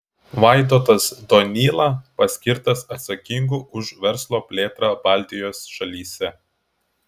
vaidotas donyla paskirtas atsakingu už verslo plėtrą baltijos šalyse